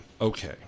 okay